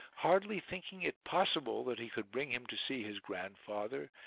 hardly thinking it possible that he could bring him to see his grandfather,